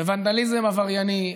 בוונדליזם עברייני,